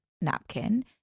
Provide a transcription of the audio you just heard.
napkin